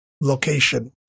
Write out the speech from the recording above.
location